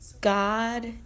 God